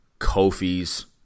Kofi's